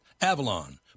Avalon